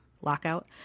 lockout